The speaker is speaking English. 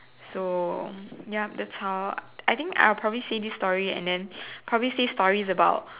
so yup that's how I think I'll probably say this story and then probably say stories about